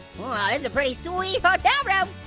ah is a pretty sweet hotel room.